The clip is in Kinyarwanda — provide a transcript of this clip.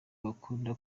bakunda